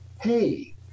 hey